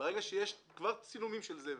ברגע שיש צילומים של זבל.